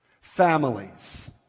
families